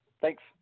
Thanks